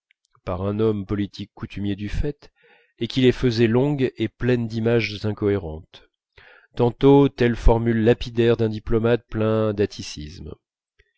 par un homme politique coutumier du fait et qui les faisait longues et pleines d'images incohérentes tantôt telle formule lapidaire d'un diplomate plein